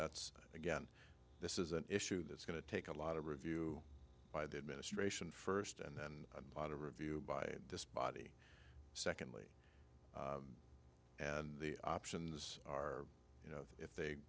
that's again this is an issue that's going to take a lot of review by the administration first and then a lot of review by this body secondly and the options are you know if they